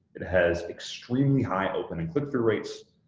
it has extremely high open and click through rates,